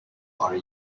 are